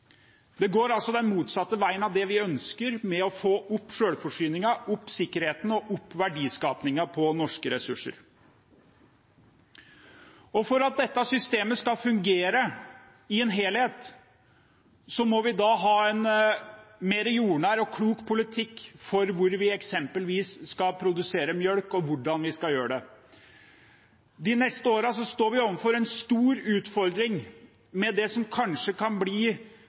Det går altså den motsatte veien av det vi ønsker, som er å få opp selvforsyningen, få opp sikkerheten og få opp verdiskapingen av norske ressurser. For at dette systemet skal fungere i en helhet, må vi ha en mer jordnær og klok politikk for eksempelvis hvor vi skal produsere melk, og hvordan vi skal gjøre det. De neste årene står vi overfor en stor utfordring med det som kanskje kan bli